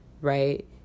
right